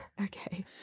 Okay